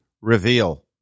reveal